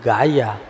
Gaya